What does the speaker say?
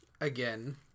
again